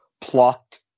plot